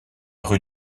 rue